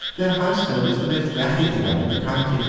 their household is the most rackety one in the county,